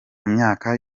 myaka